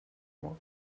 mois